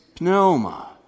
pneuma